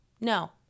No